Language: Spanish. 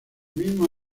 mismo